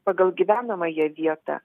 pagal gyvenamąją vietą